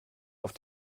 auf